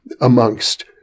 amongst